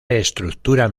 estructura